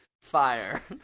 Fire